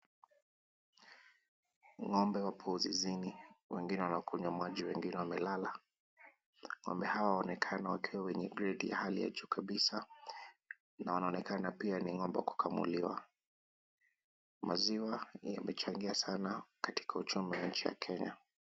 Ng'ombe wapo zizini. Wengine wanakunywa maji wengine wamelala. Ng'ombe hawa waonekana wakiwa wa gredi ya juu kabisa na wanaonekana pia ni ng'ombe wa kukamuliwa. Maziwa yamechangia sana katika uchumi wa nchi ya Kenya.